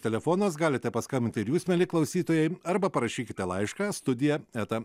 telefonas galite paskambinti ir jūs mieli klausytojai arba parašykite laišką studija eta